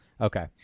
Okay